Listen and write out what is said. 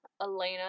Elena